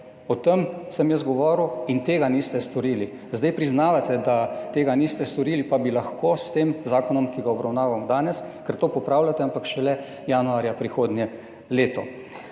O tem sem jaz govoril in tega niste storili. Zdaj priznavate, da tega niste storili, pa bi lahko, s tem zakonom, ki ga obravnavamo danes, ker to popravljate, ampak šele januarja prihodnje leto.